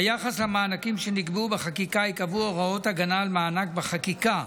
ביחס למענקים שנקבעו בחקיקה ייקבעו הוראות הגנה על מענק בחקיקה.